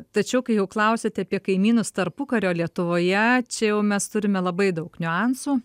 tačiau kai jau klausiat apie kaimynus tarpukario lietuvoje čia jau mes turime labai daug niuansų